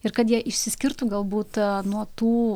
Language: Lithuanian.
ir kad jie išsiskirtų galbūt nuo tų